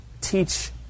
Teach